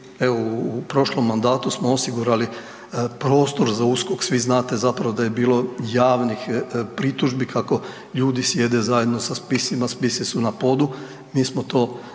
u prošlom mandatu smo osigurali prostor za USKOK, svi znate zapravo da je bilo javnih pritužbi kako ljudi sjede zajedno sa spisima, spisi su na podu, mi smo to,